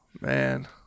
man